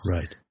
Right